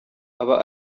aba